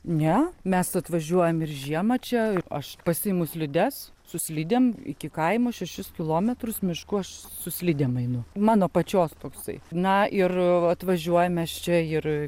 ne mes atvažiuojam ir žiemą čia aš pasiimu slides su slidėm iki kaimo šešis kilometrus mišku aš su slidėm einu mano pačios toksai na ir atvažiuojam mes čia ir